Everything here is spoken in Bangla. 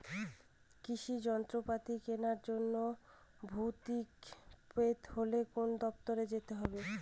কৃষি যন্ত্রপাতি কেনার জন্য ভর্তুকি পেতে হলে কোন দপ্তরে যেতে হবে?